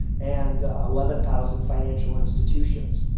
and eleven thousand financial institutions.